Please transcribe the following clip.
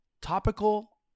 Topical